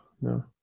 no